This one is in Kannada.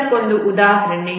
ಇದಕ್ಕೊಂದು ಉದಾಹರಣೆ